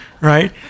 Right